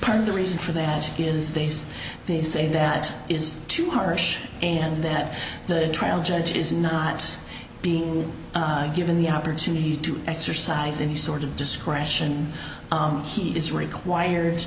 part of the reason for that is this they say that is too harsh and that the trial judge is not being given the opportunity to exercise any sort of discretion he is required